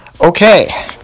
Okay